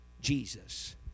Jesus